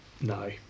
no